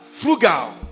frugal